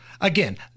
Again